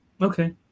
Okay